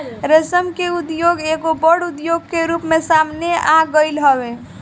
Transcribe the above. रेशम के उद्योग एगो बड़ उद्योग के रूप में सामने आगईल हवे